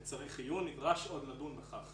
בצריך עיון נדרש עוד לדון בכך.